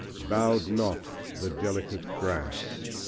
bowed not the delicate grass.